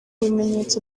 bimenyetso